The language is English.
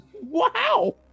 Wow